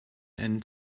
and